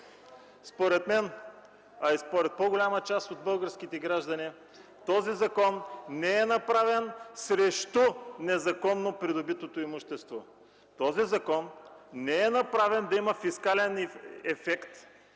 Според мен, а и според по-голяма част от българските граждани, този закон не е направен срещу незаконно придобитото имущество. Този закон не е направен да има фискален ефект